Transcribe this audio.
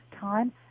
time